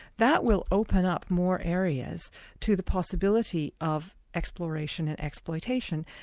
that will open up more areas to the possibility of exploration and exploitation,